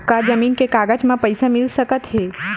का जमीन के कागज म पईसा मिल सकत हे?